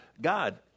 God